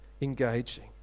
engaging